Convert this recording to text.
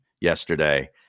yesterday